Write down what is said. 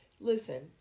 listen